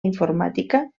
informàtica